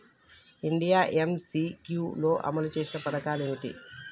India MCQ లో అమలు చేసిన పథకాలు ఏమిటి?